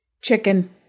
chicken